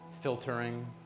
filtering